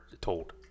told